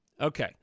Okay